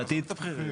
עזוב את הבכירים.